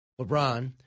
LeBron